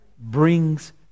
brings